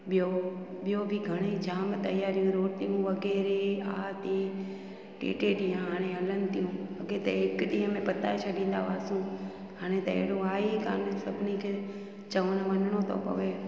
ॿियो ॿियो बि घणेई जाम तयारियूं रोटियूं वग़ैरह हा ते टे टे ॾींहं हाणे हलनि थियूं अॻिए त हिक ॾींहं में बताये छॾींदा हुआसीं हाणे त अहिड़ो आहे ई कोन्ह सभिनि खे चवण वञिणो थो पवे